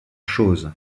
chose